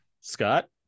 Scott